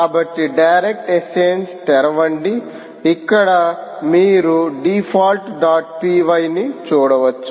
కాబట్టి direct exchange తెరవండి ఇక్కడ మీరు డిఫాల్ట్ డాట్ p y ని చూడవచ్చు